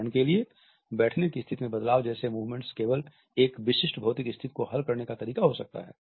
उदाहरण के लिए बैठने की स्थिति में बदलाव जैसे मूवमेंट्स केवल एक विशिष्ट भौतिक स्थिति को हल करने का तरीका हो सकता है